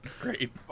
great